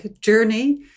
journey